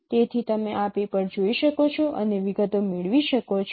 તેથી તમે આ પેપર જોઈ શકો છો અને વિગતો મેળવી શકો છો